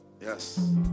yes